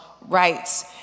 rights